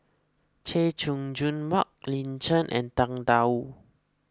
Chay Jung Jun Mark Lin Chen and Tang Da Wu